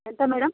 ఎంత మేడం